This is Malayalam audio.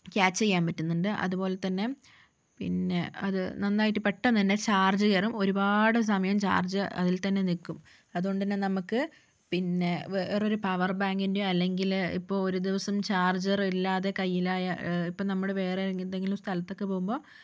ക്യാച്ച് ചെയ്യാൻ പറ്റുന്നുണ്ട് അതുപോലെ തന്നെ പിന്നെ അത് നന്നായിട്ട് പെട്ടന്ന് തന്നെ ചാർജ് കയറും ഒരുപാട് സമയം ചാർജ് അതിൽ തന്നെ നിൽക്കും അതുകൊണ്ട് തന്നെ നമുക്ക് പിന്നെ വേറൊരു പവർ ബാങ്കിൻ്റെയോ അല്ലെങ്കില് ഇപ്പോൾ ഒരു ദിവസം ചാർജർ ഇല്ലാതെ കയ്യിൽ ആയാൽ ഇപ്പോൾ നമ്മള് വേറെ ഏതെങ്കിലും ഒരു സ്ഥലത്തൊക്കെ പോകുമ്പോൾ